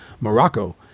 Morocco